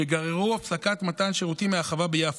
שגררו הפסקת מתן שירותים מהחווה ביפו.